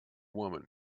woman